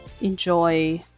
enjoy